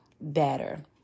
better